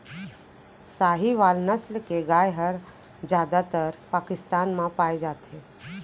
साहीवाल नसल के गाय हर जादातर पाकिस्तान म पाए जाथे